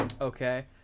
okay